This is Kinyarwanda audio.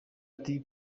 ati